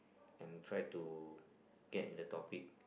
and try to get in the topic